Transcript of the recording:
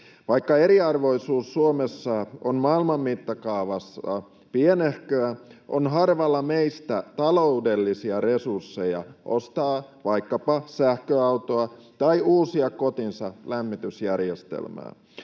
Vaikka eriarvoisuus Suomessa on maailman mittakaavassa pienehköä, on harvalla meistä taloudellisia resursseja ostaa vaikkapa sähköautoa tai uusia kotinsa lämmitysjärjestelmää.